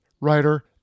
writer